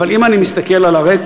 אבל אם אני מסתכל על הרקורד,